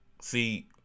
See